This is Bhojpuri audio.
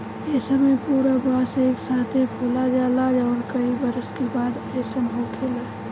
ए समय में पूरा बांस एक साथे फुला जाला जवन कई बरस के बाद अईसन होखेला